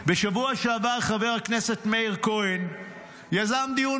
בשבוע שעבר חבר הכנסת מאיר כהן יזם דיון